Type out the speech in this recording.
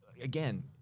again